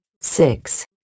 Six